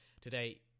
today